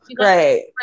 right